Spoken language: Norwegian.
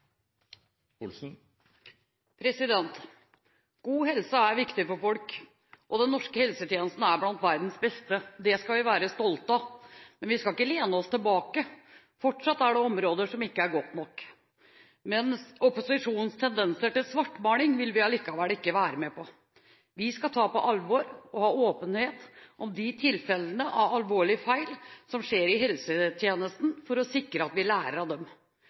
solidaritet. God helse er viktig for folk, og den norske helsetjenesten er blant verdens beste. Det skal vi være stolte av, men vi skal ikke lene oss tilbake. Fortsatt er det områder som ikke er gode nok. Men opposisjonens tendenser til svartmaling vil vi allikevel ikke være med på. Vi skal ta på alvor og ha åpenhet om de tilfellene av alvorlige feil som skjer i helsetjenesten, for å sikre at vi